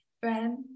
friend